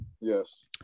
Yes